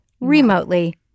remotely